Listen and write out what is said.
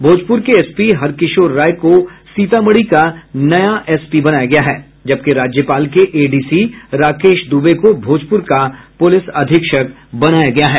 भोजपुर के एसपी हरकिशोर राय को सीतामढ़ी का नया एसपी बनाया गया है जबकि राज्यपाल के एडीसी राकेश दुबे को भोजपुर का पुलिस अधीक्षक बनाया गया है